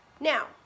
now